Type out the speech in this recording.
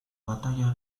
batalla